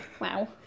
Wow